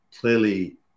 clearly